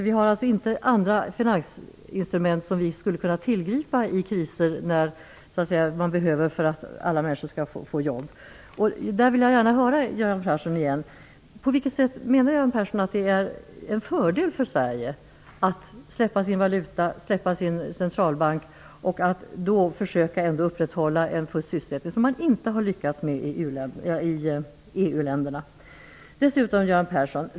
Vi har inte andra finansinstrument som kan tillgripas i kriser så att alla människor kan få jobb. På vilket sätt menar Göran Persson att det är en fördel för Sverige att släppa kontrollen över sin valuta och centralbank och ändå försöka upprätthålla en full sysselsättning? EU-länderna har inte lyckats med detta.